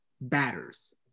batters